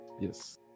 yes